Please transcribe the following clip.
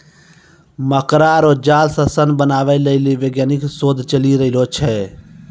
मकड़ा रो जाल से सन बनाबै लेली वैज्ञानिक शोध चली रहलो छै